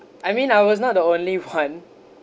I mean I was not the only one